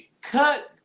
Cut